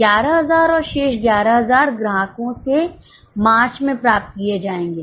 11000 और शेष 11000 ग्राहकों से मार्च में प्राप्त किए जाएंगे